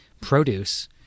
produce